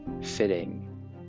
fitting